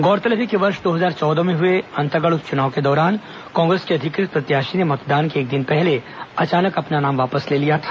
गौरतलब है कि वर्ष दो हजार चौदह में हए अंतागढ़ उपच्चनाव के दौरान कांग्रेस के अधिकृत प्रत्याशी ने मतदान के एक दिन पहले अचानक अपना नाम वापस ले लिया था